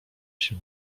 się